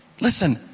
Listen